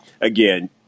again